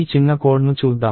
ఈ చిన్న కోడ్ ను చూద్దాం